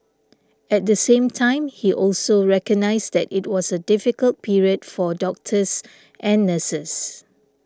at the same time he also recognised that it was a difficult period for doctors and nurses